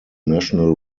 national